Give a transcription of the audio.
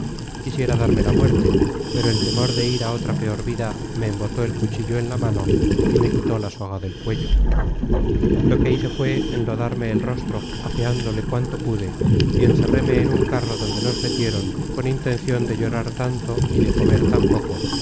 quisiera darme la muerte pero el temor de ir a otra peor vida me embotó content from google book search generated at el cuchillo en la mano y me quitó la soga del cuello lo que hice fué enlodarme el rostro afeándole cuanto pude y encerréme en un carro donde nos metieron con intencion de llorar tanto y de comer